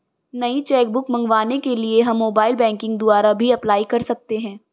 नई cheque book मंगवाने के लिए हम मोबाइल बैंकिंग द्वारा भी अप्लाई कर सकते है